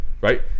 Right